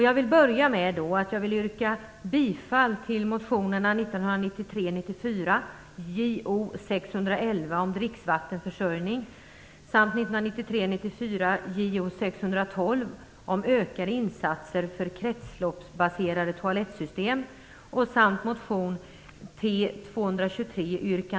Jag vill därför börja med att yrka bifall till motionerna Frågorna om ett hållbart nyttjande av sötvattentillgångarna kommer att alltmer behöva sättas i fokus.